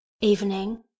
evening